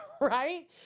right